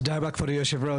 תודה רבה כבוד היושב-ראש.